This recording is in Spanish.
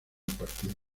partido